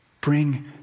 bring